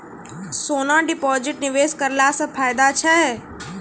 सोना deposit निवेश करला से फैदा छै?